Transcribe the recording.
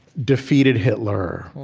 defeated hitler,